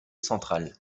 central